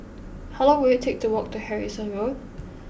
how long will it take to walk to Harrison Road